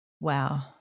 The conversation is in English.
Wow